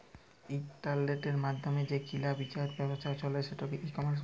ইলটারলেটের মাইধ্যমে যে কিলা বিচার ব্যাবছা চলে সেটকে ই কমার্স ব্যলে